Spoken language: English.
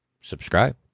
Subscribe